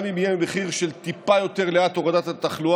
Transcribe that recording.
גם אם יהיה לזה מחיר של טיפה האטה בהורדת התחלואה,